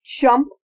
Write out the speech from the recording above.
jump